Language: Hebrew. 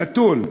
נתון,